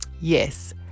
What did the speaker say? Yes